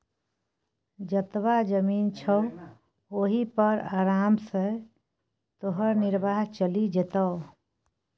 जतबा जमीन छौ ओहि पर आराम सँ तोहर निर्वाह चलि जेतौ